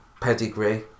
pedigree